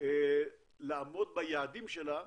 לעמוד ביעדים שלה